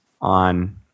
on